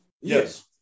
Yes